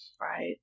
Right